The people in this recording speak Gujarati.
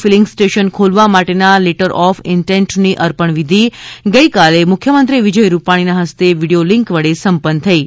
ફિલિંગ સ્ટેશન ખોલવા માટેના લેટર ઓફ ઇન્ટેન્ટની અર્પણ વિધિ ગઇકાલે મુખ્યમંત્રી વિજય રૂપાણીના હસ્તે વિડિયો લિન્ક વડે સંપન્ન થઈ છે